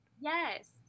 Yes